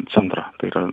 centrą tai yra